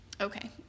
Okay